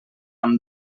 amb